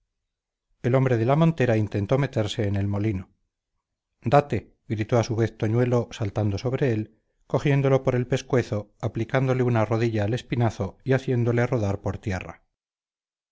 el hombre de la montera intentó meterse en el molino date gritó a su vez toñuelo saltando sobre él cogiéndolo por el pescuezo aplicándole una rodilla al espinazo y haciéndole rodar por tierra